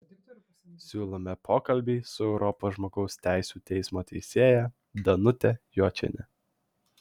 siūlome pokalbį su europos žmogaus teisių teismo teisėja danute jočiene